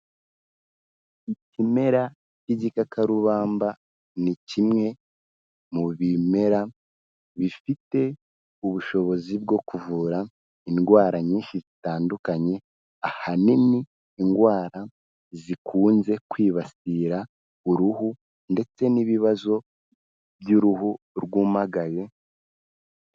Ikimera cy'igikakarubamba ni kimwe mu bimera bifite ubushobozi bwo kuvura indwara nyinshi zitandukanye, ahanini indwara zikunze kwibasira uruhu ndetse n'ibibazo by'uruhu rwumagaye...